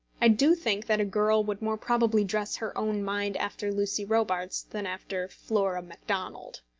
i do think that a girl would more probably dress her own mind after lucy robarts than after flora macdonald.